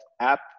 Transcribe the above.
app